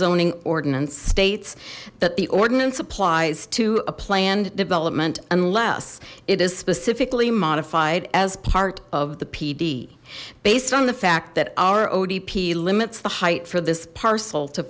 zoning ordinance states that the ordinance applies to a planned development unless it is specifically modified as part of the pd based on the fact that our odp limits the height for this parcel to